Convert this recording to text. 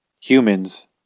humans